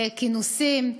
כינוסים.